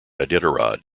iditarod